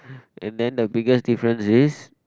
and then the biggest difference is